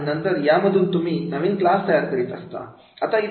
आणि नंतर यामधून तुम्ही नवीन क्लास तयार करीत असता